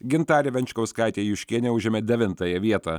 gintarė venčkauskaitė juškienė užėmė devintąją vietą